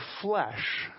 flesh